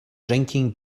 drinking